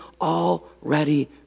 already